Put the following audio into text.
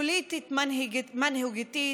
פוליטית, מנהיגותית,